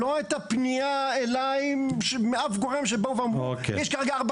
לא הייתה אליי פנייה מאף גורם שאמר שיש כרגע ארבע